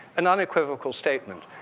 an unequivocal statement.